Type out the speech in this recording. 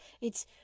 It's